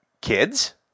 kids